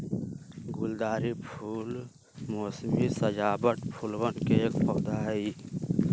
गुलदावरी फूल मोसमी सजावट फूलवन के एक पौधा हई